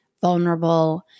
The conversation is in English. vulnerable